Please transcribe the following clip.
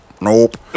nope